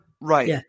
right